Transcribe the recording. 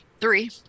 Three